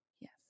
Yes